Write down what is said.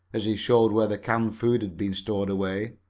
as he showed where the canned food had been stowed away.